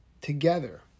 together